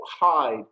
hide